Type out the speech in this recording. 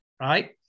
right